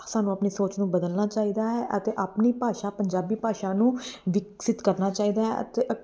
ਸਾਨੂੰ ਆਪਣੀ ਸੋਚ ਨੂੰ ਬਦਲਣਾ ਚਾਹੀਦਾ ਹੈ ਅਤੇ ਆਪਣੀ ਭਾਸ਼ਾ ਪੰਜਾਬੀ ਭਾਸ਼ਾ ਨੂੰ ਵਿਕਸਿਤ ਕਰਨਾ ਚਾਹੀਦਾ ਹੈ ਅਤੇ ਅਤ